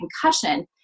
concussion